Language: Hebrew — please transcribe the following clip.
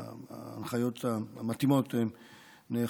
שההנחיות המתאימות נאכפות.